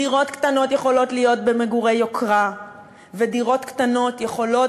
דירות קטנות יכולות להיות במגורי יוקרה ודירות קטנות יכולות,